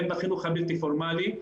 הן בחינוך הבלתי פורמאלי,